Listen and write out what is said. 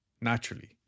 Naturally